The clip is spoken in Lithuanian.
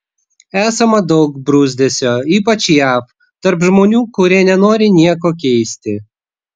esama daug bruzdesio ypač jav tarp žmonių kurie nenori nieko keisti